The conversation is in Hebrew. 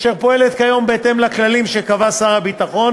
אשר פועלת כיום בהתאם לכללים שקבע שר הביטחון